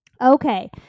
Okay